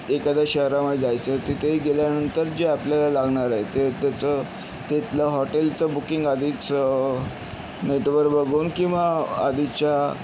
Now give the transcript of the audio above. एकाद्या शहरामध्ये जायचं आहे तिथेही गेल्यानंतर जे आपल्याला लागणार आहे ते त्याचं तेथलं हॉटेलचं बुकिंग आधीच नेटवर बघून किंवा आधीच्या